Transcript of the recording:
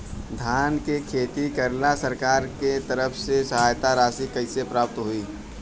धान के खेती करेला सरकार के तरफ से सहायता राशि कइसे प्राप्त होइ?